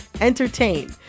entertain